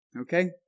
Okay